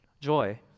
Joy